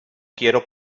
quiero